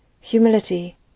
humility